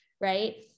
right